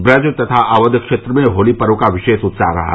ब्रज तथा अवध क्षेत्र में होली पर्व का विशेष उत्साह रहा